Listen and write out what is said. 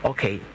Okay